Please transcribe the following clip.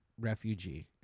refugee